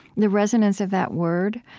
the resonance of that word,